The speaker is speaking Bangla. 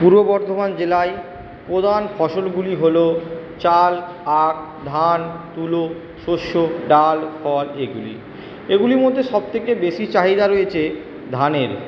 পূর্ব বর্ধমান জেলায় প্রধান ফসলগুলি হলো চাল আখ ধান তুলো শস্য ডাল ফল এগুলি এগুলির মধ্যে সব থেকে বেশি চাহিদা রয়েছে ধানের